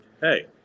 hey